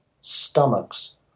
stomachs